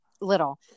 little